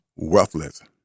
wealthless